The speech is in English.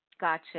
Gotcha